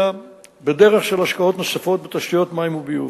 בדרך של השקעות נוספות בתשתיות מים וביוב.